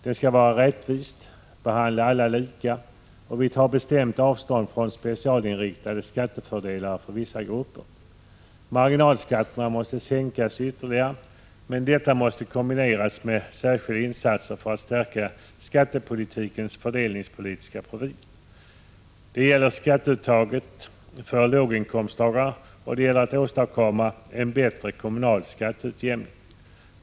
Den skall vara rättvis och behandla alla lika. Vi tar bestämt avstånd från specialinriktade skattefördelar för vissa grupper. Marginalskatterna måste sänkas ytterligare, men detta måste kombineras med särskilda insatser för att stärka skattepolitikens fördelningspolitiska profil. Det gäller skatteuttaget för låginkomsttagare, och det gäller åstadkommande av en bättre kommunal skatteutjämning.